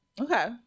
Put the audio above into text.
Okay